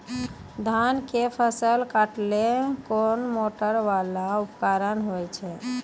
धान के फसल काटैले कोन मोटरवाला उपकरण होय छै?